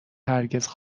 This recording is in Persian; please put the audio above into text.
هرگز